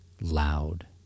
loud